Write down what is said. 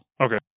Okay